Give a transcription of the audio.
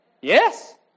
Yes